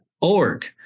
org